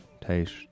taste